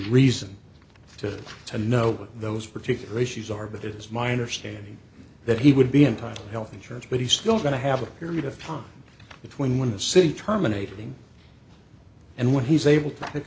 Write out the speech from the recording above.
reason to to know those particular issues are but it's my understanding that he would be entitled to health insurance but he's still going to have a period of time between when the city terminating and what he's able to pick